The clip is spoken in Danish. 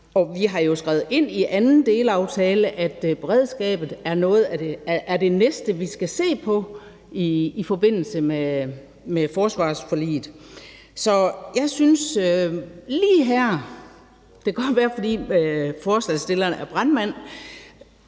og vi har jo skrevet ind i anden delaftale, at beredskabet er det næste, vi skal se på i forbindelse med forsvarsforliget. Så jeg synes, at lige her – og det kan godt være, at det er, fordi forslagsstilleren er brandmand